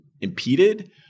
impeded